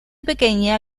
pequeña